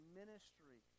ministry